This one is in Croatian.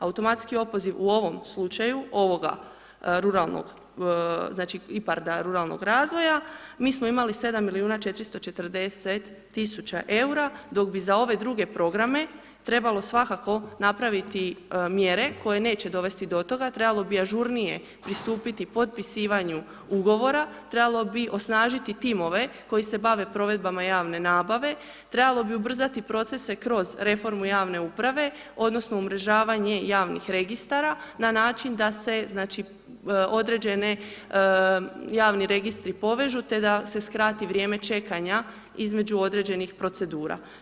Automatski opoziv u ovom slučaju, ovoga ruralnog znači IPARD-a, ruralnog razvoja, mi smo imali 7 milijuna 440 000 eura dok bi za ove druge programe, trebalo svakako napraviti mjere koje neće dovesti do toga, trebalo bi ažurnije pristupiti potpisivanju ugovora, trebalo bi osnažiti timove koji se bave provedbama javne nabave, trebalo bi ubrzati procese kroz reformu javne uprave odnosno umrežavanje javnih registara na način da se određeni javni registri povežu te da se skrati vrijeme čekanja između određenih procedura.